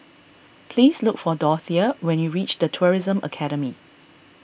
please look for Dorthea when you reach the Tourism Academy